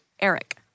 Eric